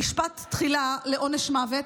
נשפט תחילה לעונש מוות,